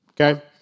Okay